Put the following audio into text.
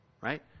Right